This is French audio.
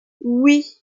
oui